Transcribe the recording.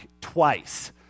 twice